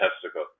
testicle